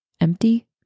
Empty